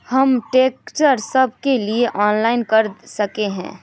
हम ट्रैक्टर सब के लिए ऑनलाइन कर सके हिये?